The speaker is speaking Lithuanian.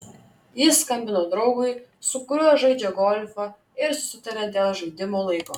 jis skambino draugui su kuriuo žaidžia golfą ir susitarė dėl žaidimo laiko